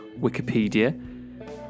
Wikipedia